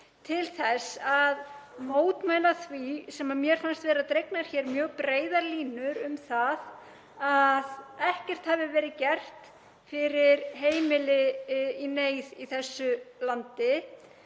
til þess að mótmæla því, sem mér fannst vera dregnar hér mjög breiðar línur um, að ekkert hafi verið gert fyrir heimili í neyð í þessu landi.